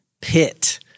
PIT